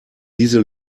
diese